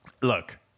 look